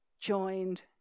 joined